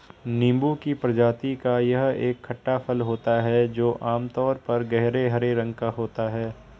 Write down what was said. नींबू की प्रजाति का यह एक खट्टा फल होता है जो आमतौर पर गहरे हरे रंग का होता है